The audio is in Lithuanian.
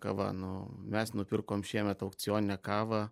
kava nu mes nupirkom šiemet aukcioninę kavą